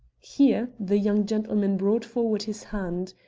here the young gentleman brought forward his hand.